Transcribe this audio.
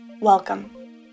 Welcome